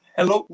Hello